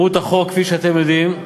מהות החוק, כפי שאתם יודעים,